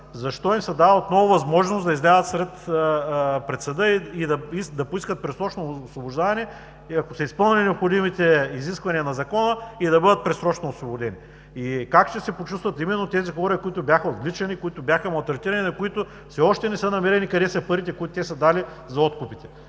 хора се дава отново възможност да излязат пред съда и да поискат предсрочно освобождаване и ако са изпълнени необходимите изисквания на Закона, да бъдат предсрочно освободени? Как ще се почувстват именно хората, които бяха отвличани, които бяха малтретирани, на които все още не са намерени къде са парите, които те са дали за откупите?